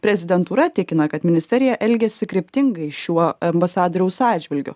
prezidentūra tikina kad ministerija elgiasi kryptingai šiuo ambasadoriaus atžvilgiu